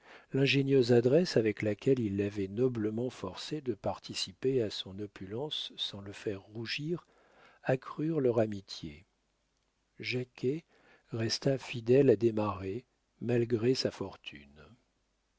l'ingénieuse adresse avec laquelle il l'avait noblement forcé de participer à son opulence sans le faire rougir accrurent leur amitié jacquet resta fidèle à desmarets malgré sa fortune